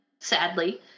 sadly